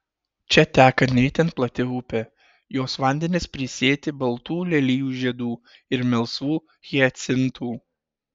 čia teka ne itin plati upė jos vandenys prisėti baltų lelijų žiedų ir melsvų hiacintų